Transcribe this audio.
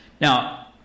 Now